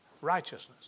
Righteousness